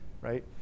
right